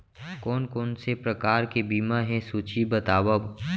कोन कोन से प्रकार के बीमा हे सूची बतावव?